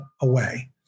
away